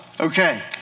Okay